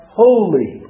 holy